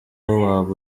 waba